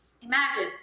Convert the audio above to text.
Imagine